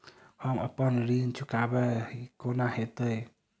हम अप्पन ऋण चुकाइब कोना हैतय?